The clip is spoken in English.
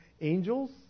angels